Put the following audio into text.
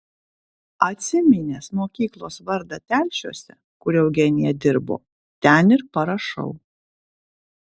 atsiminęs mokyklos vardą telšiuose kur eugenija dirbo ten ir parašau